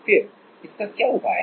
फिर इसका क्या उपाय है